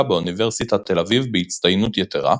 באוניברסיטת תל אביב בהצטיינות יתרה,